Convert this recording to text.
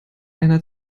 einer